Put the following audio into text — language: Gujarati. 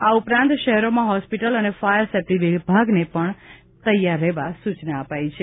આ ઉપરાંત શહેરોમાં હોસ્પિટલ અને ફાયર સેફટી વિભાગને પણ તેયાર રહેવા સૂચના છે